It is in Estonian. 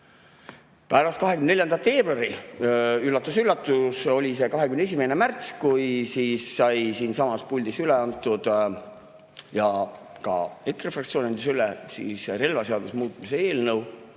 Pärast 24. veebruari, üllatus-üllatus, oli see 21. märts, kui sai siinsamas puldis üle antud – ja ka EKRE fraktsioon andis üle – relvaseaduse muutmise eelnõu,